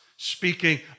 Speaking